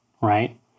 right